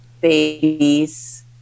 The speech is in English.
babies